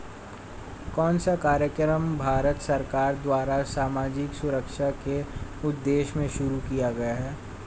कौन सा कार्यक्रम भारत सरकार द्वारा सामाजिक सुरक्षा के उद्देश्य से शुरू किया गया है?